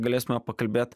galėsime pakalbėt